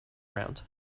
round